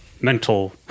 mental